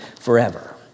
forever